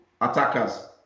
attackers